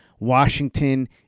Washington